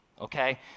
okay